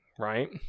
Right